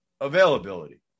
Availability